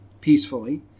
peacefully